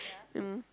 mm